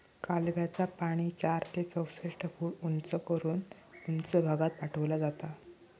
कालव्याचा पाणी चार ते चौसष्ट फूट उंच करून उंच भागात पाठवला जाता